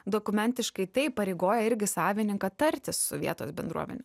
dokumentiškai tai įpareigoja irgi savininką tartis su vietos bendruomene